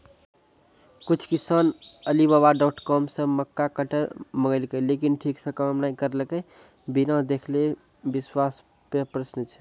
कुछ किसान Alibaba dot com से मक्का कटर मंगेलके लेकिन ठीक से काम नेय करलके, बिना देखले विश्वास पे प्रश्न छै?